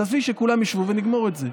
תביא, שכולם ישבו ונגמור את זה.